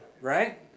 right